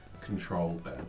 controlled